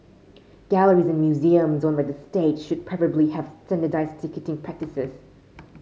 galleries and museums owned by state should preferably have standardised ticketing practices